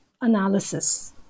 analysis